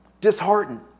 disheartened